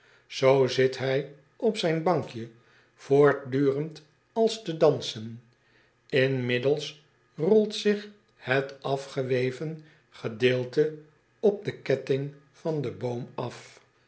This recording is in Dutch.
oo zit hij op zijn bankje voortdurend als te dansen nmiddels rolt zich het afgeweven gedeelte op de ketting van den boom af